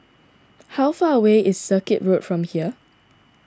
how far away is Circuit Road from here